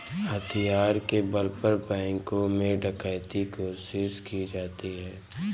हथियार के बल पर बैंकों में डकैती कोशिश की जाती है